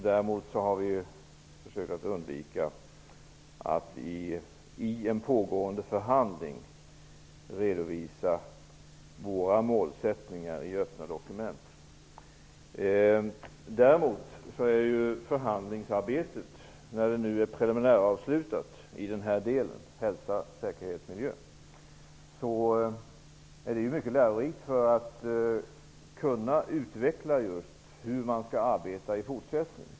Däremot har vi försökt att undvika att i en pågående förhandling redovisa våra målsättningar i öppna dokument. Förhandlingsarbetet, som nu preliminärt är avslutat i den här delen -- det gäller alltså hälsa, säkerhet och miljö -- är mycket lärorikt när det gäller att just utveckla hur man skall arbeta i fortsättningen.